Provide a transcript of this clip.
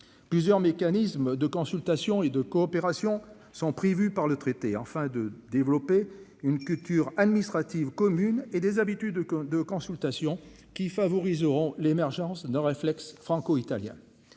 plusieurs mécanismes de consultation et de coopération. Sont prévues par le traité, enfin de développer une culture administrative commune et des habitudes de. Consultation qui favoriseront l'émergence de réflexe franco-italien